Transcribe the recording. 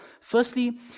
firstly